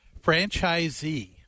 franchisee